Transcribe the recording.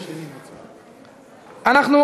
נכון, חברת הכנסת מיכאלי?